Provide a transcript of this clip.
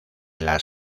las